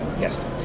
Yes